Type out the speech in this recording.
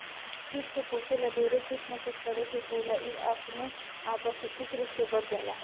कीट के पोसे ला ढेरे कुछ ना करे के होला इ अपने आप प्राकृतिक रूप से बढ़ जाला